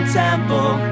temple